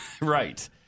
right